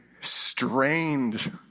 strained